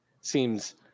seems